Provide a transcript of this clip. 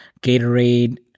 Gatorade